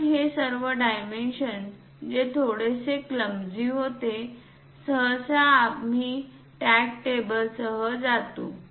म्हणून हे सर्व डायमेन्शन जे थोडेसे क्लमझी होते सहसा आम्ही टॅग टेबल सह जातो